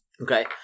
Okay